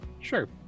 Sure